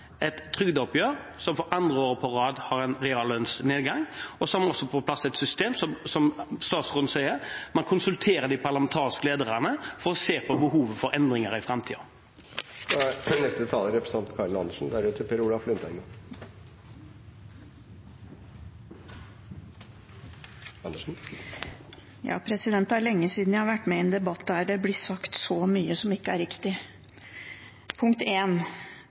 et trygdeoppgjør som for andre året på rad har en reallønnsnedgang. Så har vi også på plass et system der man, som statsråden sier, konsulterer de parlamentariske lederne for å se på behovet for endringer i framtiden. Det er lenge siden jeg har vært med i en debatt der det blir sagt så mye som ikke er riktig. Punkt